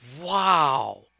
Wow